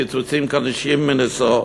קיצוצים קשים מנשוא,